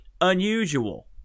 unusual